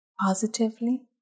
positively